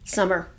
Summer